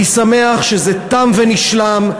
אני שמח שזה תם ונשלם.